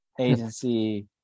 Agency